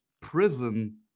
prison